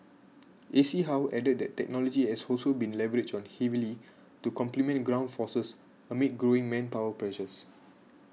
A C how added that technology has also been leveraged on heavily to complement ground forces amid growing manpower pressures